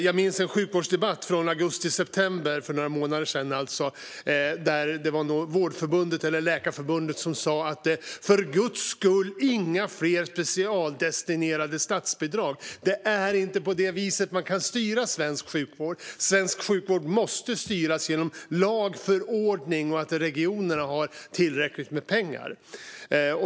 Jag minns en sjukvårdsdebatt från augusti eller september, alltså för några månader sedan, där Vårdförbundet eller Sveriges läkarförbund sa: För Guds skull, inga fler specialdestinerade statsbidrag! Det är inte på det viset man kan styra svensk sjukvård. Svensk sjukvård måste styras genom lag och förordning och genom att regionerna har tillräckligt med pengar.